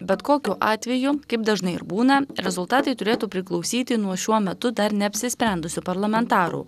bet kokiu atveju kaip dažnai ir būna rezultatai turėtų priklausyti nuo šiuo metu dar neapsisprendusių parlamentarų